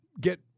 get –